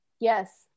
Yes